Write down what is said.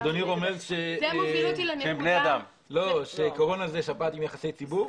אדוני רומז לכך שקורונה היא שפעת עם יחסי ציבור?